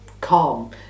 calm